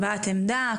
הבעת עמדה,